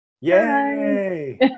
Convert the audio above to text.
Yay